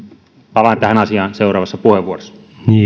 palaan tähän asiaan seuraavassa puheenvuorossa